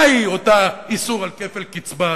מהו אותו איסור על כפל קצבה,